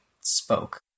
spoke